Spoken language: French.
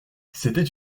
c’était